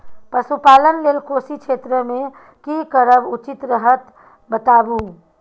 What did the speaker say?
पशुपालन लेल कोशी क्षेत्र मे की करब उचित रहत बताबू?